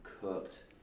Cooked